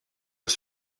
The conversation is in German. des